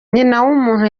nyinawumuntu